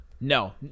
No